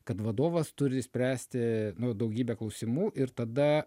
kad vadovas turi spręsti nu daugybę klausimų ir tada